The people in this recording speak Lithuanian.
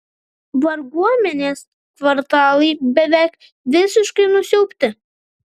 varguomenės kvartalai beveik visiškai nusiaubti